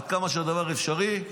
עד כמה שהדבר אפשרי,